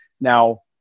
Now